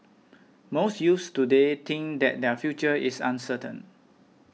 most youths today think that their future is uncertain